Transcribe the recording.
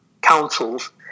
councils